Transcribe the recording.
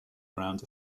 around